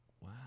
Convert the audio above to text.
wow